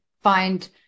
find